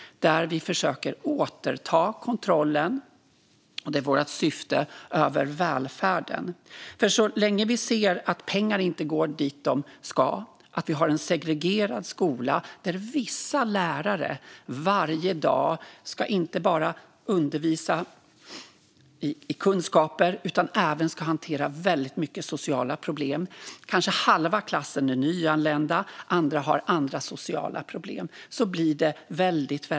Vi försöker återta kontrollen över välfärden - det är vårt syfte. Det blir nämligen väldigt svårt så länge vi ser att pengar inte går dit de ska. Vi har en segregerad skola där vissa lärare varje dag inte bara ska undervisa utan även ska hantera väldigt mycket sociala problem. Halva klassen är kanske nyanländ. Andra har andra sociala problem.